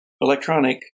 electronic